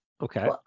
Okay